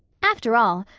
after all,